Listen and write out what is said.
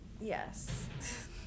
Yes